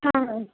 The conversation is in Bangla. হ্যাঁ